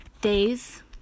days